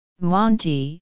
Monty